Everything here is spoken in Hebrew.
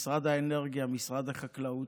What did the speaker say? משרד האנרגיה, משרד החקלאות,